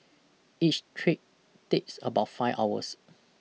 each trip takes about five hours